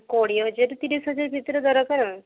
କୋଡ଼ିଏ ହଜାରରୁ ତିରିଶ ହଜାର ଭିତରେ ଦରକାର ଆଉ